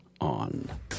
on